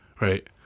right